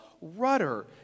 rudder